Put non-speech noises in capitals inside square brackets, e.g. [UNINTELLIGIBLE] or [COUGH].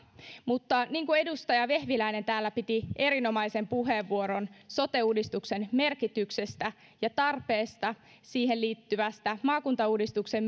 edustaja vehviläinen täällä piti erinomaisen puheenvuoron sote uudistuksen merkityksestä ja tarpeesta sekä siihen liittyvästä maakuntauudistuksen [UNINTELLIGIBLE]